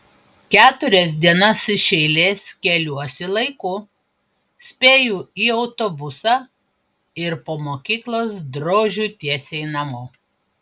keturias dienas iš eilės keliuosi laiku spėju į autobusą ir po mokyklos drožiu tiesiai namo